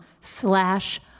slash